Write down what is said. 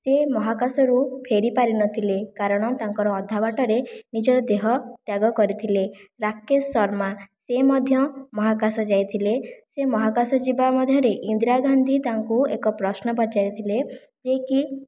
ଯେ ମହାକାଶ ରୁ ଫେରିପାରିନଥିଲେ କାରଣ ତାଙ୍କର ଅଧା ବାଟରେ ନିଜ ଦେହତ୍ୟାଗ କରିଥିଲେ ରାକେଶ ଶର୍ମା ସେ ମଧ୍ୟ ମହାକାଶ ଯାଇଥିଲେ ସେ ମହାକାଶ ଯିବା ମଧ୍ୟରେ ଇନ୍ଦିରା ଗାନ୍ଧୀ ତାଙ୍କୁ ଏକ ପ୍ରଶ୍ନ ପଚାରିଥିଲେ ଯେ କି